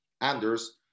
Anders